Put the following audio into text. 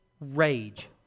rage